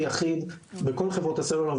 ראיתי בפרוטוקול,